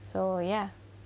so ya